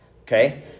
okay